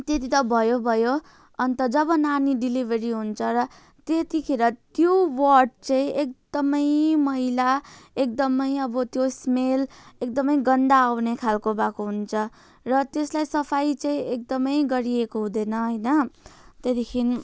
त्यति त भयो भयो अन्त जब नानी डेलिभरी हुन्छ र त्यतिखेर त्यो वार्ड चाहिँ एकदमै मैला एकदमै अब त्यो स्मेल एकदमै गन्ध आउने खालको भएको हुन्छ र त्यसलाई सफाई चाहिँ एकदमै गरिएको हुँदैन होइन त्यहाँदेखि